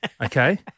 Okay